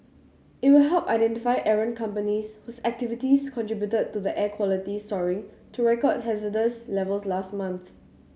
it will help identify errant companies whose activities contributed to the air quality soaring to record hazardous levels last month